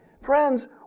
Friends